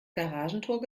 garagentor